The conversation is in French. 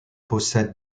possède